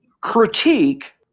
critique